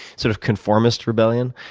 sort of conformist rebellion.